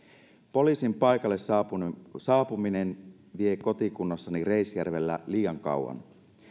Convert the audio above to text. poliisin paikalle saapuminen saapuminen vie kotikunnassani reisjärvellä liian kauan